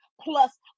plus